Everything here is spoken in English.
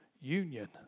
union